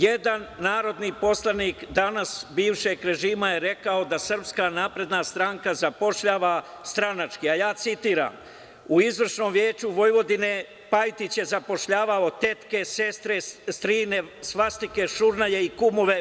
Jedan narodni poslanik danas, bivšeg režima je rekao da SNS zapošljava stranački, a ja citiram – u Izvršnom veću Vojvodine, Pajtić je zapošljavao tetke, sestre, strine, svastike, šurnjaje i kumove.